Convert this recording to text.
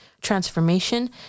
transformation